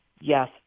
yes